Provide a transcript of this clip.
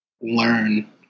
learn